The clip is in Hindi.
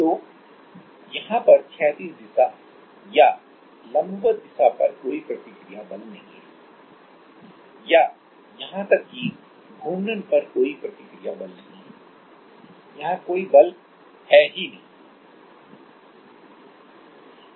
तो तू यहां पर क्षैतिज दिशा या लंबवत दिशा पर कोई प्रतिक्रिया बल नहीं है या यहां तक कि घूर्णन पर कोई प्रतिक्रिया बल नहीं है यहां कोई बल ही नहीं है